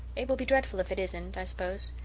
it will be dreadful if it isn't, i suppose.